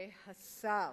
השר,